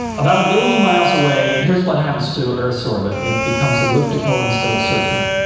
about a billion miles away, here's what happens to earth's orbit it becomes elliptical instead of circular.